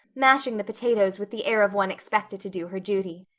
mashing the potatoes with the air of one expected to do her duty.